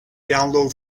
download